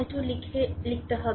এখন i1i2 লিখে লিখতে হবে